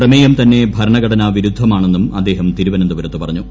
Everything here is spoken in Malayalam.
പ്രമേയം തന്നെ ഭരണഘടനാ വിരുദ്ധമാണെന്നും അദ്ദേഹം തിരുവനന്തപുരത്ത് പറഞ്ഞു